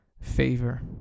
favor